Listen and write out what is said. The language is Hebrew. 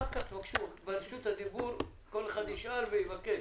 אחר כך תבקשו, ברשות הדיבור, כל אחד ישאל ויבקש.